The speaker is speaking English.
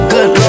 Good